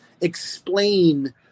explain